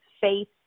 faith